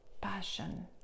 passion